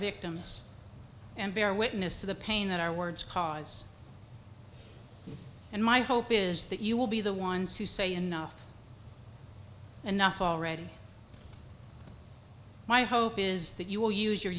victims and bear witness to the pain that our words cause and my hope is that you will be the ones who say enough enough already my hope is that you will use your